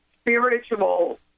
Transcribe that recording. spiritual